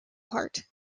part